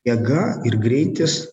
jėga ir greitis